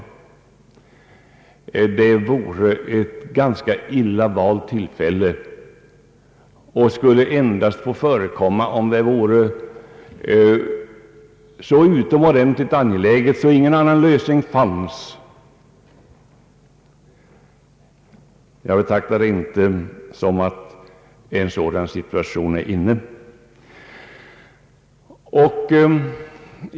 Detta vore ett ganska illa valt tillfälle, och en sådan åtgärd borde endast tilllåtas om problemet bedömdes vara av en utomordentligt angelägen grad och någon annan lösning inte fanns att tillgå. En sådan situation anser jag inte föreligger.